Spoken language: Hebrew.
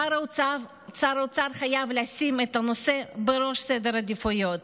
שר האוצר חייב לשים את הנושא בראש סדר העדיפויות.